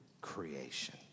creation